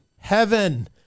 heaven